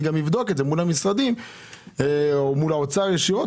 אני גם אבדוק את זה מול המשרדים או מול האוצר ישירות.